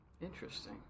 Interesting